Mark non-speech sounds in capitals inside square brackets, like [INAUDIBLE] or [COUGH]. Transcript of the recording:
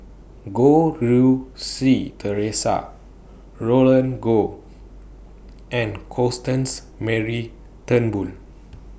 Goh Rui Si Theresa Roland Goh [NOISE] and Constance Mary Turnbull